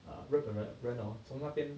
err 日本的人 hor 从那边